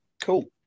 Cool